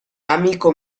amico